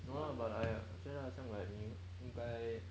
知道 lah but I 觉得像 like 你应该